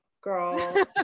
girl